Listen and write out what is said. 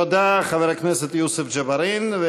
תודה, חבר הכנסת יוסף ג'בארין.